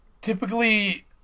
typically